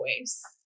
voice